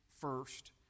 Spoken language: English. first